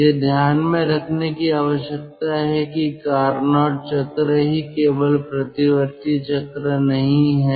यह ध्यान में रखने की आवश्यकता है कि कारनोट चक्र ही केवल प्रतिवर्ती चक्र नहीं है